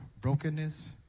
brokenness